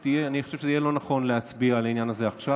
אני חושב שזה יהיה לא נכון להצביע על העניין הזה עכשיו.